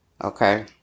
Okay